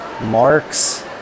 Marks